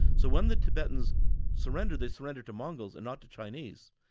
so when the tibetans surrendered, they surrendered to mongols and not to chinese.